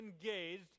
engaged